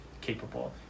capable